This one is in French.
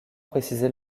préciser